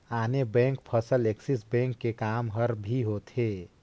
आने बेंक फसल Axis bank के काम हर भी होथे